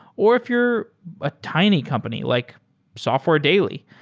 or if you're a tiny company like software daily.